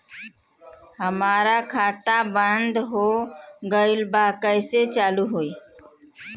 हमार खाता बंद हो गईल बा कैसे चालू होई?